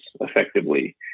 effectively